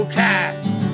cats